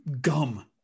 gum